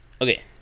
Okay